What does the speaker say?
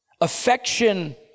Affection